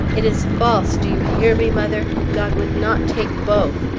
it is false! do you hear me, mother? god would not take both!